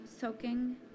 soaking